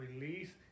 released